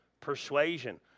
persuasion